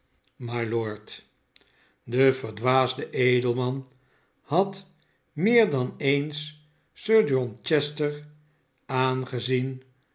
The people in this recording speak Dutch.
mylord de verdwaasde edelman had meer dan eens sir john chester aangezien